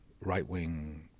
right-wing